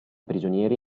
prigionieri